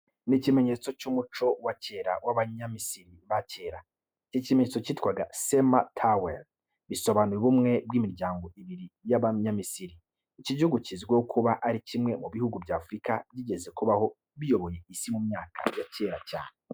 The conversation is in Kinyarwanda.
Iki ni ikimenyetso cy'umuco wa kera w’Abanyamisiri ba kera. Iki kimenyetso cyitwaga "Sema-tawy" bisobanuye ubumwe bw'imiryango ibiri y'Abanyamisiri .Iki gihugu kizwiho kuba ari kimwe mu bihugu bya Afurika byigeze kubaho biyoboye isi mu myaka ya kera cyane.